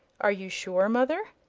are you sure, mother?